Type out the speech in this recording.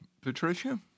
Patricia